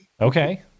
Okay